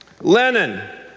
Lenin